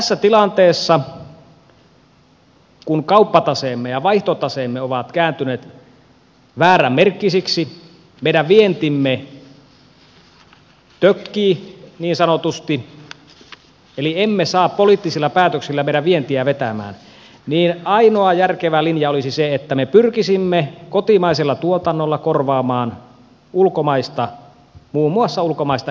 siis tässä tilanteessa kun kauppataseemme ja vaihtotaseemme ovat kääntyneet vääränmerkkisiksi meidän vientimme tökkii niin sanotusti eli emme saa poliittisilla päätöksillä meidän vientiä vetämään ainoa järkevä linja olisi se että me pyrkisimme kotimaisella tuotannolla korvaamaan ulkomaista muun muassa ulkomaista energiatuontia